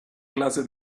clase